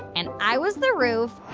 and i was the roof